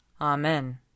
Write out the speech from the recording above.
Amen